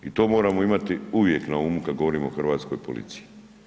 I to moramo imati uvijek na umu kad govorimo o Hrvatskoj policiji.